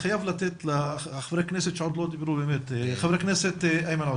חבר הכנסת איימן עודה.